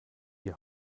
die